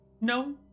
No